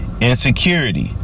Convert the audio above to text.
Insecurity